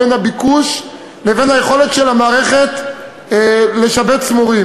בין הביקוש לבין היכולת של המערכת לשבץ מורים,